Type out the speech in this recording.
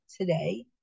today